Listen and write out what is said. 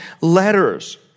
letters